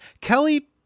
Kelly